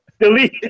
delete